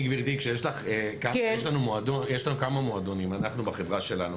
תראי, גברתי, יש לנו כמה מועדונים בחברה שלנו.